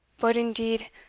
but, indeed,